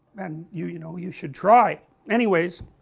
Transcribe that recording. and, you you know, you should try, anyways